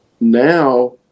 now